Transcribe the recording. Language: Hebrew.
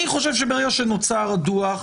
אני חושב שברגע שנוצר הדו"ח,